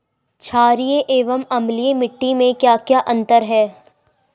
छारीय एवं अम्लीय मिट्टी में क्या क्या अंतर हैं?